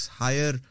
higher